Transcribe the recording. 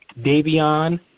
Davion